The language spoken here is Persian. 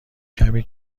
کمی